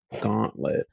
Gauntlet